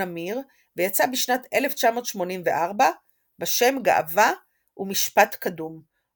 אמיר ויצא בשנת 1984 בשם "גאווה ומשפט קדום",